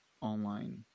online